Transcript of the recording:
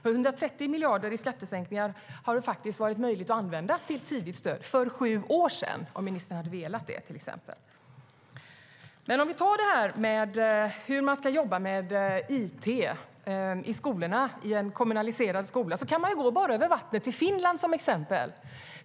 130 miljarder i skattesänkningar hade kunnat användas till tidigt stöd, för sju år sedan, om ministern hade velat det. Låt oss se på hur man ska jobba med it i skolan, i en kommunaliserad skola. Vi behöver bara se över vattnet på Finland för att ha ett exempel.